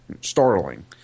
startling